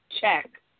check